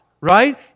right